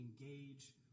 engage